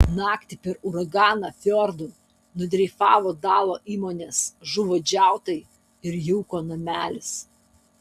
naktį per uraganą fjordu nudreifavo dalo įmonės žuvų džiautai ir jauko namelis